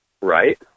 right